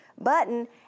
button